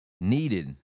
Needed